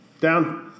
Down